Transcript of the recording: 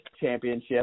championship